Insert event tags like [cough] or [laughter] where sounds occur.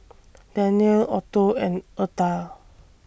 [noise] Danyelle Otho and Eartha